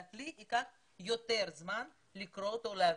לי ייקח יותר זמן לקרוא אותו ולהבין.